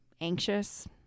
anxious